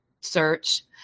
search